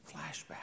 flashback